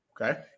Okay